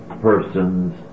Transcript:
persons